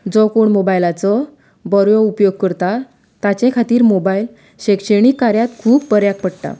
जो कोण मोबायलाचो बरो उपयोग करता ताचे खातीर मोबायल शैक्षणीक कार्यांत खूब बऱ्याक पडटा